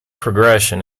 progression